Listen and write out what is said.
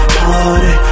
party